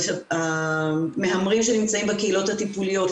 המהמרים שנמצאים בקהילות הטיפולית,